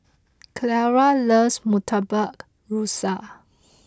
Ciara loves Murtabak Rusa